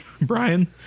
Brian